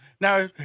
Now